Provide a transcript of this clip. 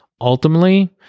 ultimately